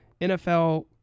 NFL